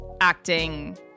acting